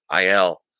IL